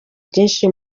byinshi